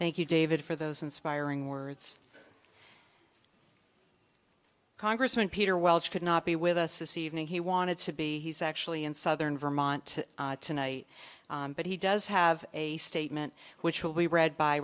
thank you david for those inspiring words congressman peter welch could not be with us this evening he wanted to be he's actually in southern vermont tonight but he does have a statement which will be read by